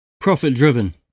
profit-driven